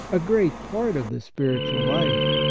a great part of the spiritual life.